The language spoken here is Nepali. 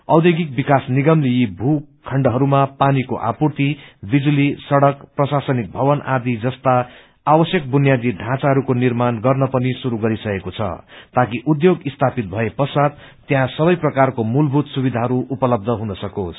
औद्योगिक विकास निगमले यी भू खण्डहरूमा पानीको आपूर्ति बिजूली सड़क प्रशासनिक भवन आदि जस्ता आवश्यक बुनियादी ढाँचाको निर्माण गर्न पनि शुरू गरिसकेको छ ताकि उद्योग स्थापित भए पश्चात त्यहाँ सबै प्रकारको मूलभूत सुविधाहरू उपलब्ध हुन सकोस्